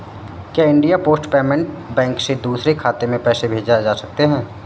क्या India post payment bank से दूसरे खाते में पैसे भेजे जा सकते हैं?